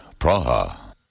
Praha